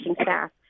staff